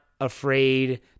Afraid